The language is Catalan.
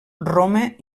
roma